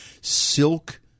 silk